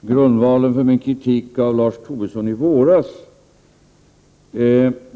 grundvalen för min kritik av Lars Tobisson i våras.